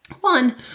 One